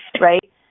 right